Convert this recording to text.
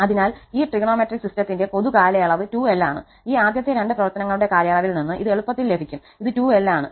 അതിനാൽ ഈ ത്രികോണമെട്രിക് സിസ്റ്റത്തിന്റെ പൊതുകാലയളവ് 2𝑙 ആണ് ഈ ആദ്യത്തെ രണ്ട് പ്രവർത്തനങ്ങളുടെ കാലയളവിൽ നിന്ന് ഇത് എളുപ്പത്തിൽ ലഭിക്കും ഇത് 2𝑙 ആണ്